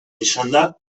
izanda